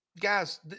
guys